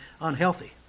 unhealthy